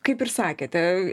kaip ir sakėte